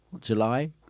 July